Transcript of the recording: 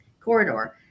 corridor